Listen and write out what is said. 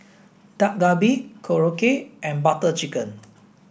Dak Galbi Korokke and Butter Chicken